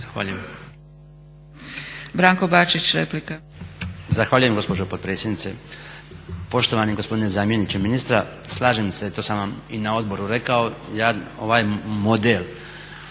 **Bačić, Branko (HDZ)** Zahvaljujem gospođo potpredsjednice. Poštovani gospodine zamjeniče ministra slažem se, to sam vam i na odboru rekao, ja ovaj model